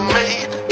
made